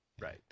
right